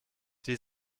die